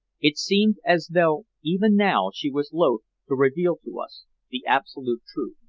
it seemed as though even now she was loth to reveal to us the absolute truth.